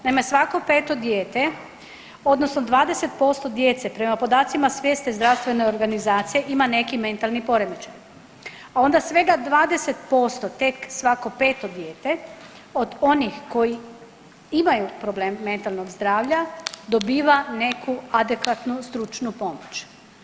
Naime, svako 5 dijete odnosno 20% djece prema podacima Svjetske zdravstvene organizacije ima neki mentalni poremećaj, a onda svega 20% tek svako 5 dijete od onih koji imaju problem mentalnog zdravlja dobiva neku adekvatnu stručnu pomoć.